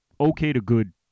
okay-to-good